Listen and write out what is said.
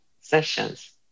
sessions